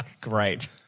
Great